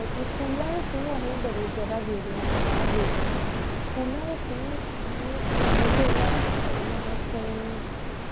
ज्यादातर T V उप्परा पता चलदियां ना क्योंकि अखवारां अखवारा बी बडियां सारियां ना